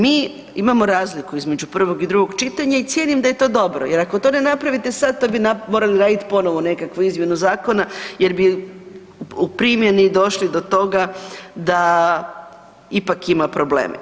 Mi imamo razliku između prvog i drugog čitanja i cijenim da je to dobro, jer ako to ne napravite sada to bi morali raditi ponovno nekakvu izmjenu zakona jer bi u primjeni došli do toga da ipak ima problem.